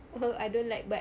(uh huh) I don't like but